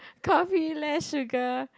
coffee less sugar